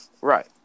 Right